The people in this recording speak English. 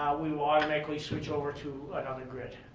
we will automatically switch over to another grid,